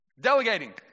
Delegating